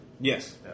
Yes